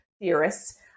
theorists